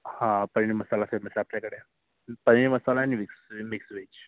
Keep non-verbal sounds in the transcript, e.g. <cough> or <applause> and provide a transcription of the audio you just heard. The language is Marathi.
हा पनीर मसाला <unintelligible> आमच्याकडे पनीर मसाला आणि मिक्स मिक्स व्हेज